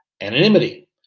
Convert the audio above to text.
Anonymity